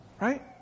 Right